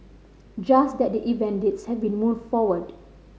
just that the event dates have been moved forward